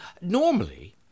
normally